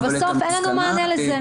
ובסוף אין לנו מענה לזה.